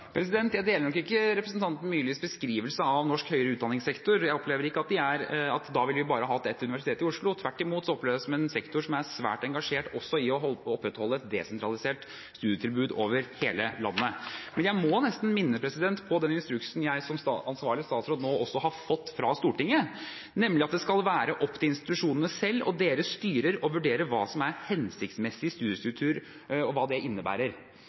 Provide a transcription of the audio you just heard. Jeg deler nok ikke representanten Myrlis beskrivelse av norsk høyere utdanningssektor. Jeg opplever ikke at vi da bare ville hatt ett universitet, i Oslo. Tvert imot oppleves det som en sektor som er svært engasjert også i å opprettholde et desentralisert studietilbud i hele landet. Jeg må nesten minne om den instruksen jeg som ansvarlig statsråd nå også har fått fra Stortinget, nemlig at det skal være opp til institusjonene selv og deres styrer å vurdere hva som er hensiktsmessig studiestruktur, og hva det innebærer.